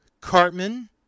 Cartman